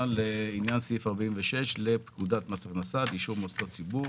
לעניין סעיף 46 לפקודת מס הכנסה לאישור מוסדות ציבור